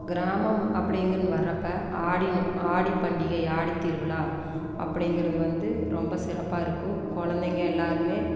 கிராமம் அப்படிங்குன் வரப்போ ஆடின்னு ஆடிப்பண்டிகை ஆடித்திருவிழா அப்படிங்கிறது வந்து ரொம்ப சிறப்பாக இருக்கும் குழந்தைங்க எல்லோருமே